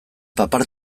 papar